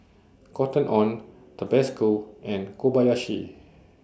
Cotton on Tabasco and Kobayashi